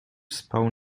spał